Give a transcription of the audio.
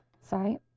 sorry